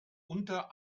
unter